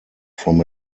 from